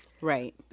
right